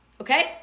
Okay